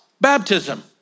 baptism